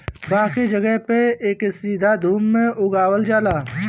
बाकी जगह पे एके सीधे धूप में उगावल जाला